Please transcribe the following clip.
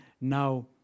now